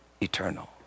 eternal